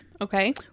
Okay